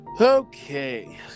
okay